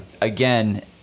Again